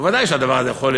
בוודאי שהדבר הזה,